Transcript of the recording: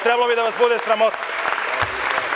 Trebalo bi da vas bude sramota.